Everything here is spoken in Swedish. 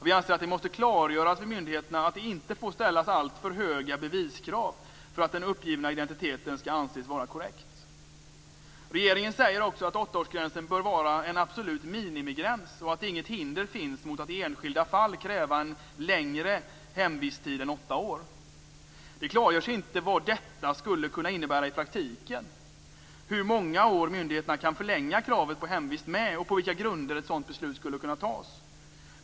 Vi anser att det måste klargöras för myndigheterna att det inte får ställas alltför höga beviskrav för att den uppgivna identiteten skall anses vara korrekt. Regeringen säger också att åttaårsgränsen böra vara en absolut minimigräns och att inget hinder finns att i enskilda fall kräva en längre hemvisttid än åtta år. Det klargörs inte vad detta skulle kunna innebära i praktiken, hur många år myndigheterna skulle kunna förlänga kravet på hemvist med och på vilka grunder ett sådant beslut skulle kunna fattas.